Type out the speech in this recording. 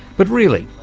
but really,